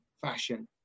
fashion